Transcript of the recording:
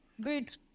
good